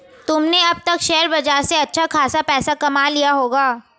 तुमने अब तक शेयर बाजार से अच्छा खासा पैसा कमा लिया होगा